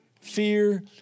Fear